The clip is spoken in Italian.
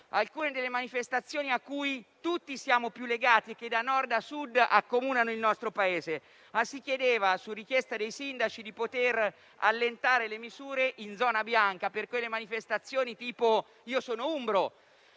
alcune delle manifestazioni a cui tutti siamo più legati e che da Nord a Sud accomunano il nostro Paese. In esso si chiedeva, su sollecitazione dei sindaci, di poter allentare le misure in zona bianca per consentire manifestazioni come la processione